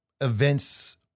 events